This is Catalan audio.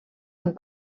amb